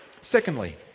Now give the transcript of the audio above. Secondly